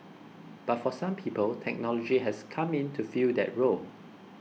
but for some people technology has come in to fill that role